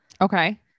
okay